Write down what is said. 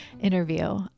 interview